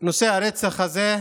בנושא הרצח הזה,